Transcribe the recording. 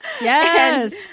Yes